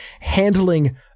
handling